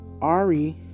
Ari